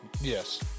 Yes